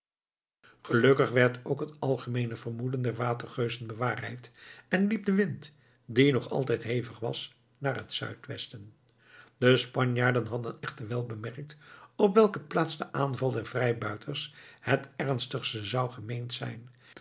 gelukkig werd ook het algemeene vermoeden der watergeuzen bewaarheid en liep de wind die nog altijd hevig was naar het zuid-westen de spanjaarden hadden echter wel bemerkt op welke plaats de aanval der vrijbuiters het ernstigste zou gemeend zijn